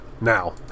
now